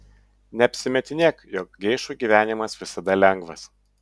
neapsimetinėk jog geišų gyvenimas visada lengvas